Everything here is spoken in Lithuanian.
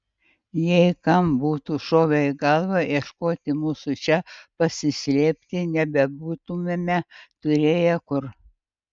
jei kam būtų šovę į galvą ieškoti mūsų čia pasislėpti nebebūtumėme turėję kur